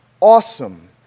awesome